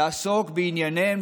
לעסוק בענייניהם,